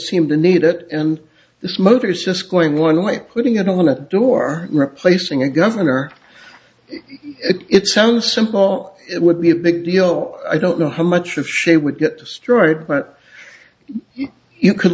seem to need it and the motors just going one way putting it on a door replacing a governor it sounds simple it would be a big deal i don't know how much of she would get destroyed but you could